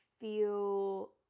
feel